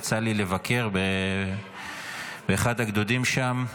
יצא לי לבקר באחד הגדודים שם,